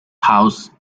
house